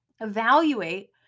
evaluate